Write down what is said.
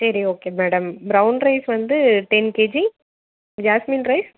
சரி okay madam brown rice வந்து ten KG jasmine rice